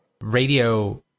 radio